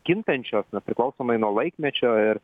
kintančios na priklausomai nuo laikmečio ir